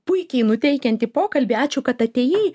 puikiai nuteikianti pokalbį ačiū kad atėjai